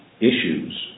issues